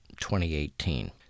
2018